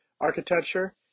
architecture